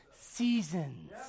Seasons